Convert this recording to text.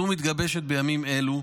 וזו מתגבשת בימים אלו.